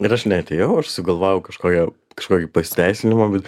ir aš neatėjau aš sugalvojau kažkokią kažkokį pasiteisinimą bet